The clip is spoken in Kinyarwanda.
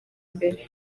mbere